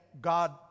God